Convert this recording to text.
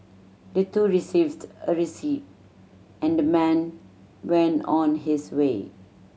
the two received a receipt and the man went on his way